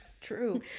True